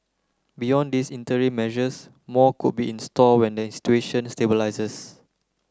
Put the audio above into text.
beyond these interim measures more could be in store when the situation stabilises